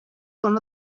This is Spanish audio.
con